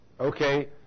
Okay